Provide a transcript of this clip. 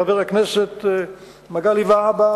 חבר הכנסת מגלי והבה,